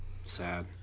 Sad